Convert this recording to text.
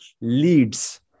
leads